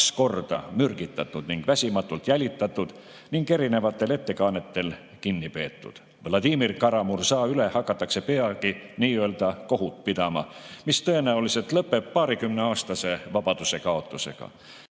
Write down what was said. korda mürgitatud ning väsimatult jälitatud ning erinevatel ettekäänetel kinni peetud. Vladimir Kara-Murza üle hakatakse peagi nii-öelda kohut pidama, mis tõenäoliselt lõpeb paarikümneaastase vabadusekaotusega.